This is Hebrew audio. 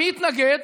מי התנגד?